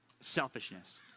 selfishness